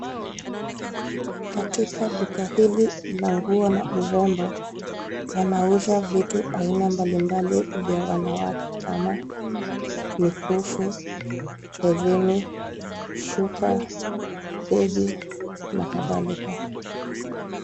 Katika duka hili la nguo na urembo, wanauza vitu aina mbalimbali vya wanawake kama mikufu, herini, shuka, begi na kadhalika.